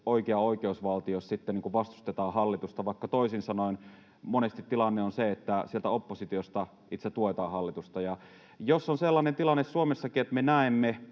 oikea oikeusvaltio, jossa sitten vastustetaan hallitusta, vaikka toisin sanoen monesti tilanne on se, että sieltä oppositiosta itse tuetaan hallitusta. Ja jos on sellainen tilanne Suomessakin, että me näemme,